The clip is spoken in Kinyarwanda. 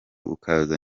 ukaza